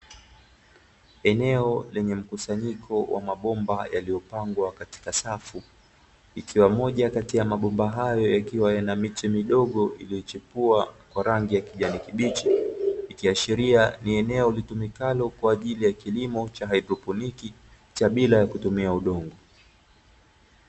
Eneo lenye mkusanyiko wa mabomba yaliyopangwa katika safu ikiwa moja kati ya mabomba hayo yakiwa yana miche midogo iliyochepua kwa rangi ya kijani kibichi, ikiashiria ni eneo litumikalo kwaajili ya kilimo cha haidroponi cha bila ya kutumia udongo.